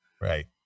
Right